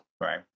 right